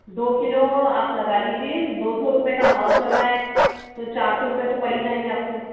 दो किलो आप लगा लीजिए दो सौ रुपए का भाव चल रहा है तो चार सौ रुपए तो पड़ ही जाएंगे आपको